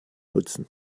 nutzen